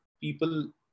people